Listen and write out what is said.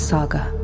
Saga